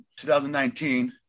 2019